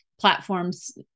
platforms